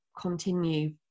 continue